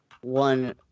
One